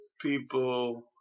people